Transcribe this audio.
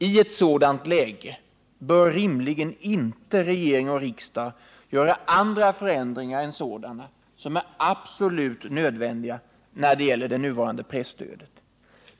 I ett sådant läge bör rimligen inte regering och riksdag göra andra förändringar än sådana som är absolut nödvändiga när det gäller det nuvarande presstödet.